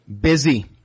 Busy